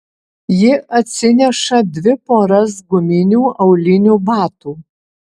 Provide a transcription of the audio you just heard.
ji atsineša dvi poras guminių aulinių batų